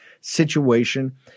situation